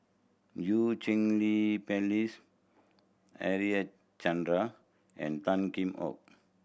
Eu Cheng Li Phyllis Harichandra and Tan Kheam Hock